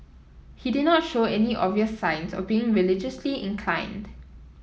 he did not show any obvious signs of being religiously inclined